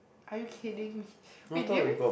are you kidding me wait did you